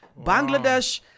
Bangladesh